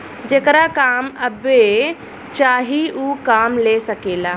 जेकरा काम अब्बे चाही ऊ काम ले सकेला